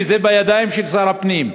וזה בידיים של שר הפנים,